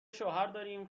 شوهرداریم